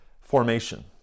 formation